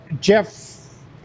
Jeff